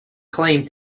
claimed